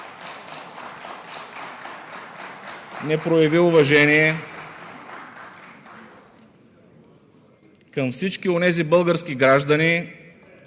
не прояви уважение към всички онези български граждани,